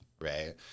right